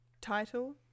title